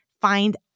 find